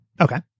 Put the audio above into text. Okay